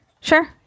sure